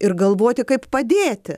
ir galvoti kaip padėti